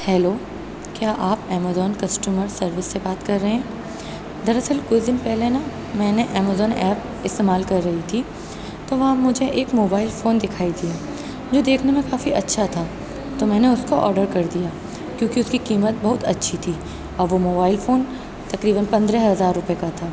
hello کیا آپ Amazon customer service سے بات کر رہے ہیں دراصل کچھ دِن پہلے نہ میں نے امیزون ایپ استعمال کر رہی تھی تو وہاں مجھے ایک موبائل فون دکھائی دیا جو دیکھنے میں کافی اچھا تھا تو میں نے اُس کو آڈر کر دیا کیوںکہ اُس کی قیمت بہت اچھی تھی اور وہ موبائل فون تقریباً پندرہ ہزار روپیے کا تھا